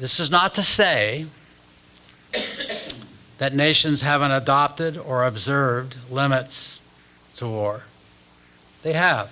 this is not to say that nations haven't adopted or observed limits to war they have